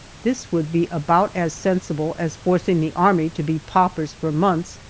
this would be about as sensible as forcing the army to be paupers for months,